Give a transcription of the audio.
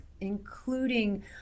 including